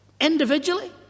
Individually